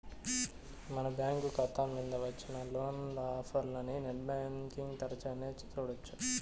మన బ్యాంకు కాతా మింద వచ్చిన లోను ఆఫర్లనీ నెట్ బ్యాంటింగ్ తెరచగానే సూడొచ్చు